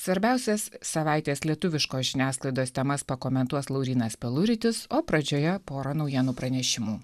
svarbiausias savaitės lietuviškos žiniasklaidos temas pakomentuos laurynas peluritis o pradžioje pora naujienų pranešimų